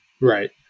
Right